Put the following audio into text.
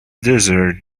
desert